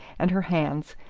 and her hands,